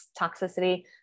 toxicity